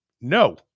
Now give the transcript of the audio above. No